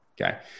Okay